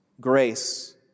grace